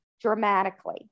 dramatically